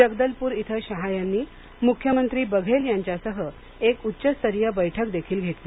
जगदलपुर इथं शहा यांनी मुख्यमंत्री बघेल यांच्यासह एक उच्चस्तरीय बैठकदेखील घेतली